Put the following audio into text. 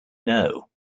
know